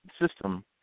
system